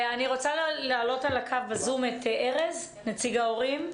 אני רוצה לשמוע את ארז, נציג ההורים.